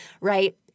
Right